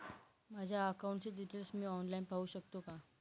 माझ्या अकाउंटचे डिटेल्स मी ऑनलाईन पाहू शकतो का?